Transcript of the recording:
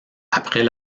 après